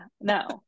no